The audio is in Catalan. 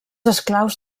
esclaus